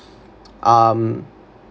um